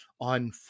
on